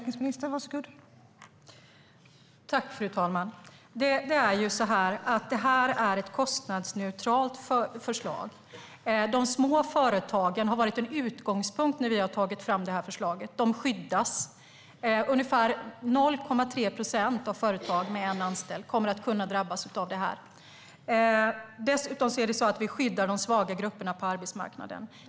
Fru talman! Det är så här: Detta är ett kostnadsneutralt förslag. De små företagen har varit en utgångspunkt när vi har tagit fram förslaget. De skyddas. Ungefär 0,3 procent av företag med en anställd kommer att kunna drabbas av detta. Dessutom skyddar vi de svaga grupperna på arbetsmarknaden.